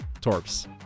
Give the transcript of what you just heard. Torps